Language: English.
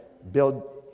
build